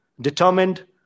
determined